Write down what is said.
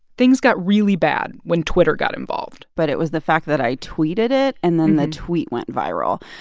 things got really bad when twitter got involved but it was the fact that i tweeted it, and then the tweet went viral.